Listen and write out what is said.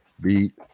beat